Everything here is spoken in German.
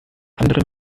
anderen